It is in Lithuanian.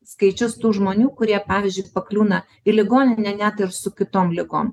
skaičius tų žmonių kurie pavyzdžiui pakliūna į ligoninę net ir su kitom ligom